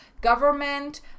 government